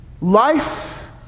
Life